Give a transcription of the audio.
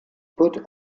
put